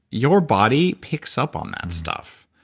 your body picks up on that stuff.